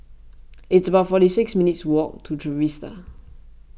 it's about forty six minutes' walk to Trevista